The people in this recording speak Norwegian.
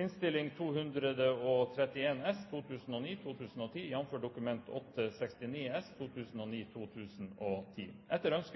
Etter ønske